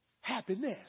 happiness